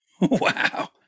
Wow